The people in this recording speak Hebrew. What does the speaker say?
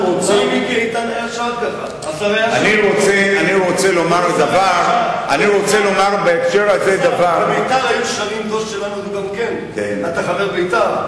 אני רוצה לומר בהקשר הזה דבר אתה חבר בית"ר?